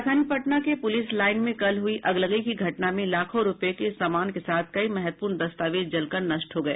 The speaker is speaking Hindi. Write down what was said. राजधानी पटना के पुलिस लाईन में कल हुई अगलगी की घटना में लाखों रूपये के सामान के साथ कई महत्वपूर्ण दस्तावेज जल कर नष्ट हो गये